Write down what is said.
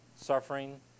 suffering